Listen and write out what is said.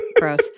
Gross